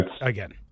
Again